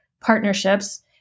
partnerships